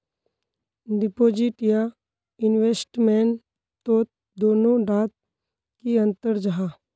Deposit या investment तोत दोनों डात की अंतर जाहा?